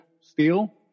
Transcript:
steel